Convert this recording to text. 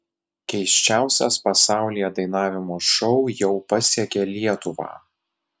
keisčiausias pasaulyje dainavimo šou jau pasiekė lietuvą